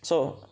so